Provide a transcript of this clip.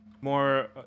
more